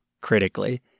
critically